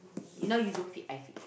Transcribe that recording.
you now you don't fit I fit